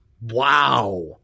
Wow